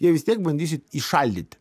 jie vis tiek bandyšit įšaldyti